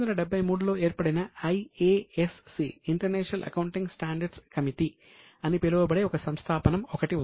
1973 లో ఏర్పడిన IASC international accounting standards committee అని పిలువబడే ఒక సంస్థానం ఒకటి ఉంది